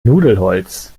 nudelholz